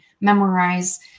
memorize